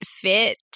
fit